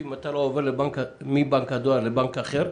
אם אתה לא עובר מבנק הדואר לבנק אחר,